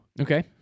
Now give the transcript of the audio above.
Okay